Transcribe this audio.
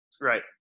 Right